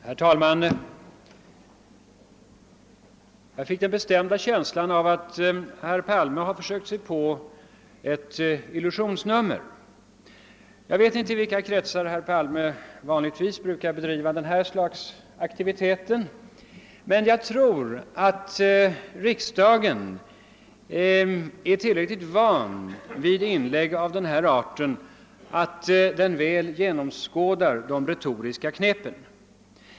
Herr talman! Jag fick en bestämd känsla av att herr Palme försökte sig på ett illusionsnummer. Jag vet inte i vilka kretsar herr Palme vanligtvis bedriver det slaget av aktivitet, men jag tror att riksdagens ledamöter är tillräckligt vana vid inlägg av den arten för att genomskåda de retoriska knepen.